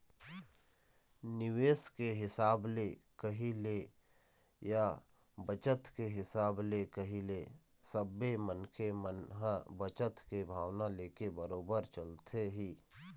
निवेश के हिसाब ले कही ले या बचत के हिसाब ले कही ले सबे मनखे मन ह बचत के भावना लेके बरोबर चलथे ही